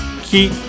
keep